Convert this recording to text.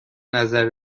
نظر